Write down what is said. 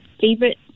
favorite